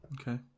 okay